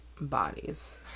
bodies